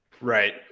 Right